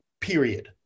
Period